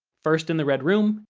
first in the red room,